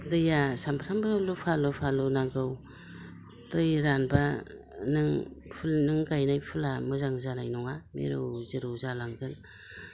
दैया सानफ्रामबो दै लुफा लुफा लुनांगौ दै रानब्ला नों फुल नों गायनाय फुला मोजां जानाय नङा मिरौ जिरौ जालांगोन